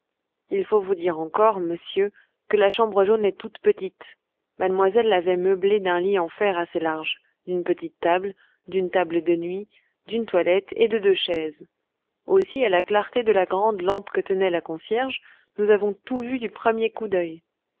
il faut vous dire encore monsieur que la chambre jaune est toute petite mademoiselle l'avait meublée d'un lit en fer assez large d'une petite table d'une table de nuit d'une toilette et de deux chaises aussi à la clarté de la grande lampe que tenait la concierge nous avons tout vu du premier coup d'œil